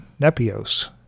nepios